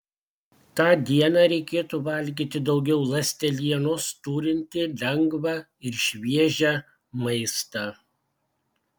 tą dieną reikėtų valgyti daugiau ląstelienos turintį lengvą ir šviežią maistą